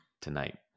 tonight